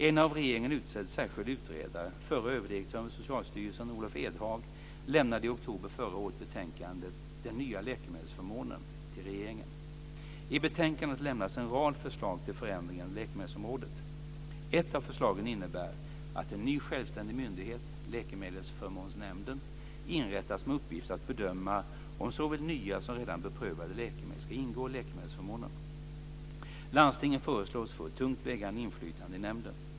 En av regeringen utsedd särskild utredare, förre överdirektören vid Socialstyrelsen Olof Edhag, lämnade i oktober förra året betänkandet Den nya läkemedelsförmånen till regeringen. I betänkandet lämnas en rad förslag till förändringar inom läkemedelsområdet. Ett av förslagen innebär att en ny självständig myndighet, Läkemedelsförmånsnämnden, inrättas med uppgift att bedöma om såväl nya som redan beprövade läkemedel ska ingå i läkemedelsförmånen. Landstingen föreslås få ett tungt vägande inflytande i nämnden.